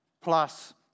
plus